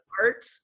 art